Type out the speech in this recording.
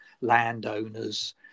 landowners